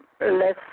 less